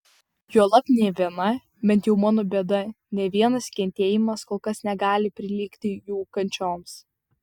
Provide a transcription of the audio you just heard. juolab nė viena bent jau mano bėda nė vienas kentėjimas kol kas negali prilygti jų kančioms